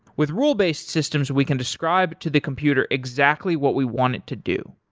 with rule-based systems, we can describe to the computer exactly what we want it to do,